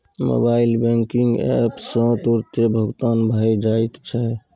mobile banking app सँ तुरतें भुगतान भए जाइत छै